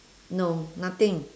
no nothing